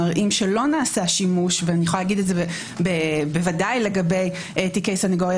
מראים שלא נעשה שימוש ואני אומרת זאת ודאי לגבי תיקי סנגוריה